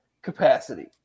Capacity